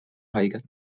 haiget